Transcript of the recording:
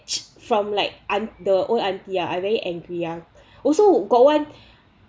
chit from like aunt the old auntie I very angry ah also got one